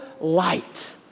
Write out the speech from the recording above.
light